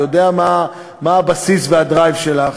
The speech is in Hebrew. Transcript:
אני יודע מה הבסיס והדרייב שלך,